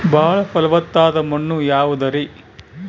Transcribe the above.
ಬಾಳ ಫಲವತ್ತಾದ ಮಣ್ಣು ಯಾವುದರಿ?